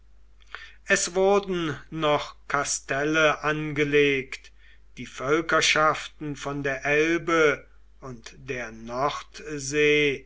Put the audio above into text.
es wurden noch kastelle angelegt die völkerschaften von der elbe und der nordsee